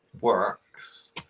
works